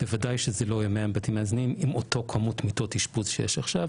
בוודאי שזה לא יהיה 100 בתים מאזנים עם אותה כמות מיטות שיש עכשיו,